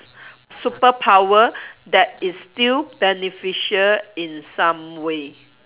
superpower that is still beneficial in some way